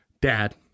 Dad